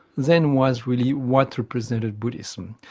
zen was really what represented buddhism.